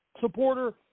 supporter